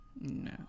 No